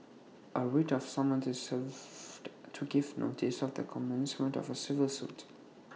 A writ of summons is served to give notice of the commencement of A civil suit